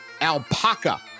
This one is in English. alpaca